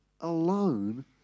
alone